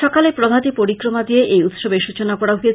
সকালে প্রভাতী পরিক্রমা দিয়ে এই উৎসবের সৃচনা করা হয়েছে